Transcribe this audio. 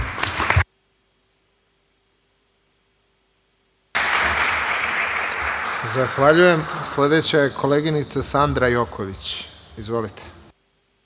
Zahvaljujem. Sledeća je koleginica Maja Grbić. Izvolite.